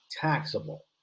taxable